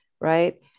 right